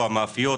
זה המאפיות,